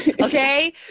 Okay